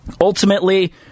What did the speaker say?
ultimately